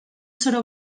zoro